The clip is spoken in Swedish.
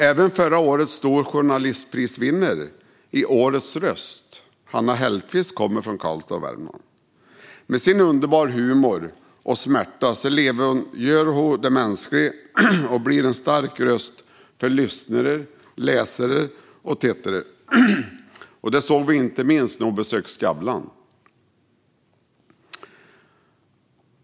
Även förra årets vinnare av Stora journalistpriset för årets röst, Hanna Hellquist, kommer från Karlstad och Värmland. Med sin underbara humor och smärta levandegör hon det mänskliga och blir en stark röst för lyssnare, läsare och tittare. Det såg vi inte minst när hon besökte Skavlan .